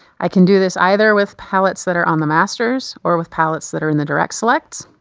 i can do this either with palettes that are on the masters, or with palettes that are in the direct selects.